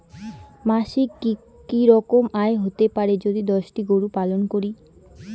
মাসিক কি রকম আয় হতে পারে যদি দশটি গরু পালন করি?